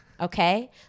Okay